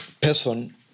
person